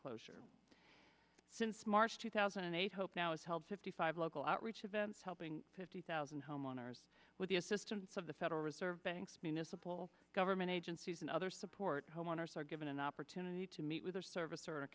closure since march two thousand and eight hope now is held fifty five local outreach events helping two thousand homeowners with the assistance of the federal reserve banks municipal government agencies and other support homeowners are given an opportunity to meet with their service or a